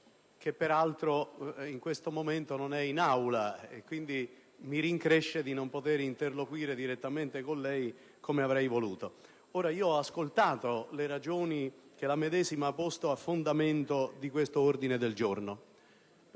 che peraltro in questo momento non è in Aula: quindi mi rincresce di non poter interloquire direttamente con lei, come avrei voluto. Ho ascoltato le ragioni che la medesima ha posto a fondamento di tale ordine del giorno,